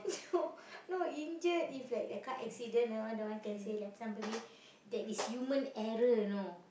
no no injured it's like a car accident that one that one can say like somebody there is human error you know